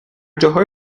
جاهای